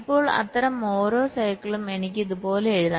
ഇപ്പോൾ അത്തരം ഓരോ സൈക്കിളിലും എനിക്ക് ഇതുപോലെ എഴുതാം